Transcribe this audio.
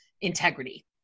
integrity